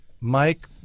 Mike